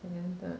second third